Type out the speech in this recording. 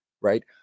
right